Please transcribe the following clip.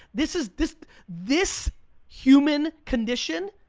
this is, this this human condition,